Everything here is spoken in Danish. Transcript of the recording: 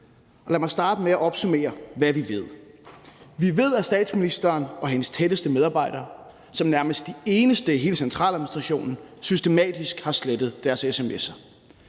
Lad mig starte med at opsummere, hvad vi ved. Vi ved, at statsministeren og hendes tætteste medarbejdere som nærmest de eneste i hele centraladministrationen systematisk har slettet deres sms’er.